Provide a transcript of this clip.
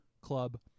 club